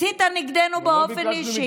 הסיתה נגדנו באופן אישי.